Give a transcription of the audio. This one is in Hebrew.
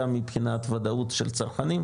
גם מבחינת וודאות של צרכנים,